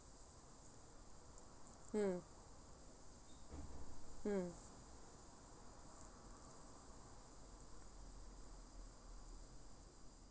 mm mm